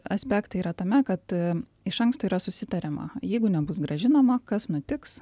aspektai yra tame kad iš anksto yra susitariama jeigu nebus grąžinama kas nutiks